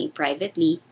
privately